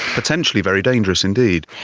potentially very dangerous indeed.